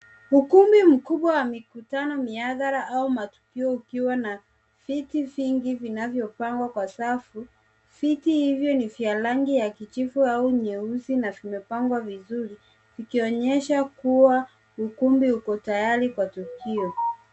Ukumbi mkubwa wa mikutano, mihadhara au matukio ukiwa na viti vingi vinavyopangwa kwa safu. Viti hivyo ni vya rangi ya kijivu au nyeusi na vimepangwa vizuri, vikionyesha kuwa ukumbi uko tayari kwa tukio.